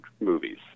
movies